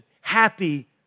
happy